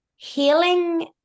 healing